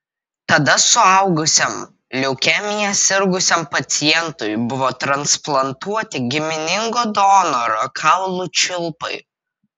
tada suaugusiam leukemija sirgusiam pacientui buvo transplantuoti giminingo donoro kaulų čiulpai